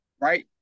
right